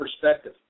perspective